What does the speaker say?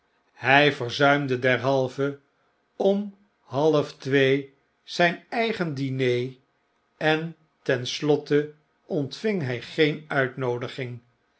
uitnoodigen ny verzuimdederhalve om half twee zyn eigen diner en ten slotte ontving hfl geen uitnoodiging